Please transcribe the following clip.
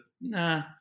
nah